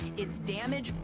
it's damage,